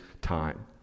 time